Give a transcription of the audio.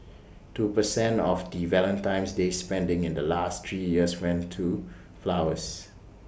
two percent of the Valentine's day spending in the last three years went to flowers